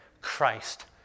Christ